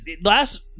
last